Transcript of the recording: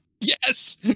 Yes